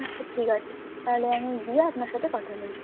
আচ্ছা ঠিক আছে তাহলে আমি গিয়ে আপনার সাথে কথা বলছি